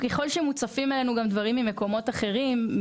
ככל שמוצפים אלינו גם דברים ממקומות אחרים,